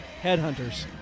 headhunters